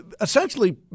essentially